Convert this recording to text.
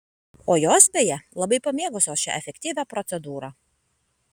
o jos beje labai pamėgusios šią efektyvią procedūrą